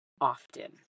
often